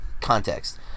context